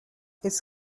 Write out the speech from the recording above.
its